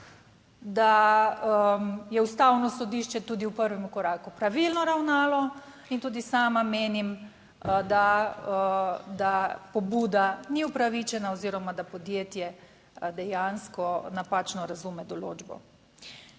da je Ustavno sodišče tudi v prvem koraku pravilno ravnalo in tudi sama menim, da pobuda ni upravičena oziroma da podjetje dejansko napačno razume določbo,